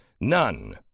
None